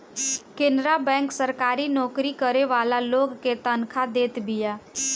Canara bank सरकारी नोकरी करे वाला लोग के तनखा देत बिया